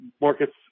markets